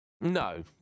No